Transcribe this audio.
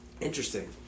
Interesting